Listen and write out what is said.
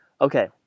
Okay